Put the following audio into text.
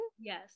yes